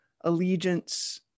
allegiance